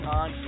on